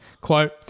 quote